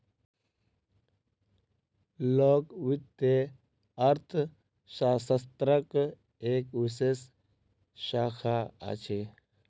लोक वित्त अर्थशास्त्रक एक विशेष शाखा अछि